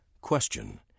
Question